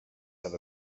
have